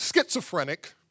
Schizophrenic